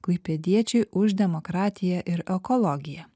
klaipėdiečiai už demokratiją ir ekologiją